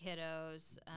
kiddos